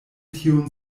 tiun